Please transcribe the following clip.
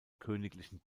königlichen